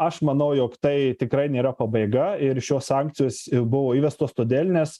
aš manau jog tai tikrai nėra pabaiga ir šios sankcijos buvo įvestos todėl nes